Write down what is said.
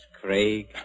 Craig